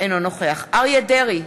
אינו נוכח אריה דרעי,